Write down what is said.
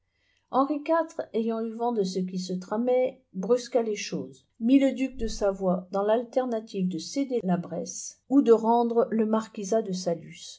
henri iv ayant eu vent de ce qui se tramait brusqua les choses mit le duc de savoie dans l'alternative de céder la bresse ou de rendre le marquisat de saluées